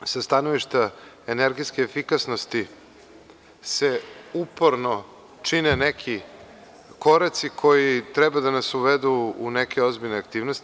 Pre svega, sa stanovišta energetske efikasnosti se uporno čine neki koraci koji treba da nas uvedu u neke ozbiljne aktivnosti.